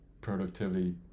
productivity